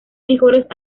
mejores